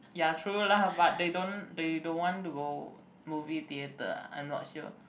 ya true lah but they don't they don't want to go movie theater I'm not sure